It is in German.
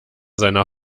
seiner